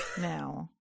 now